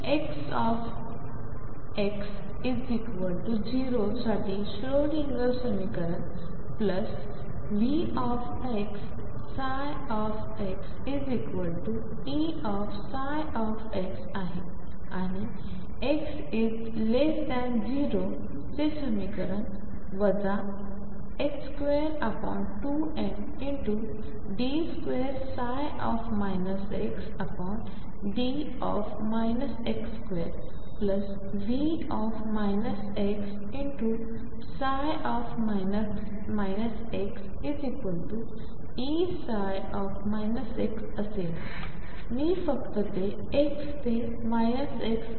तर फक्त x 0 साठी श्रोडिंगर समीकरण प्लस VxxEψ आहे आणि x 0 चे समीकरण वजा 22md2 xd x2V x xEψ असेल मी फक्त x ते x